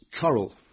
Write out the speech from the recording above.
Coral